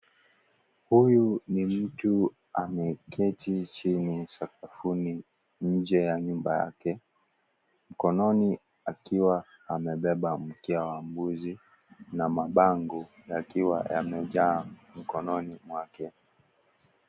Huyu ni mtu ambaye ameketi chini sakafuni nje ya nyumba yake mkononi akiwa amebeba mkia wa mbuzi na mabango yakiwa yamejaa mkononi mwake.